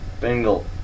Bengal